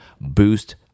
boost